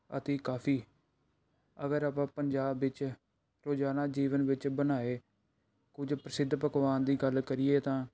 ਅਤੇ ਕਾਫੀ ਅਗਰ ਆਪਾਂ ਪੰਜਾਬ ਵਿੱਚ ਰੋਜ਼ਾਨਾ ਜੀਵਨ ਵਿੱਚ ਬਣਾਏ ਕੁਝ ਪ੍ਰਸਿੱਧ ਪਕਵਾਨ ਦੀ ਗੱਲ ਕਰੀਏ ਤਾਂ